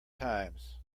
times